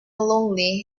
lonely